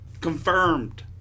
confirmed